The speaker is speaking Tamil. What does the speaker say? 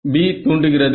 B தூண்டுகிறது